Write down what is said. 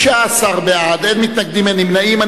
בעד, 19, אין מתנגדים, אין נמנעים.